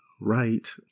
Right